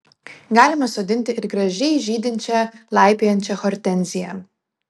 galima sodinti ir gražiai žydinčią laipiojančią hortenziją